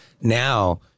now